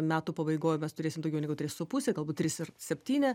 metų pabaigoj mes turėsim daugiau negu tris su puse galbūt trys ir septyni